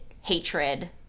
hatred